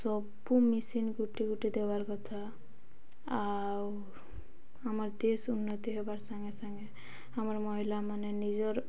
ସବୁ ମିସିନ୍ ଗୁଟି ଗୁଟି ଦେବାର୍ କଥା ଆଉ ଆମର୍ ଦେଶ ଉନ୍ନତି ହେବାର୍ ସାଙ୍ଗେ ସାଙ୍ଗେ ଆମର ମହିଳାମାନେ ନିଜର